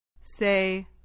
Say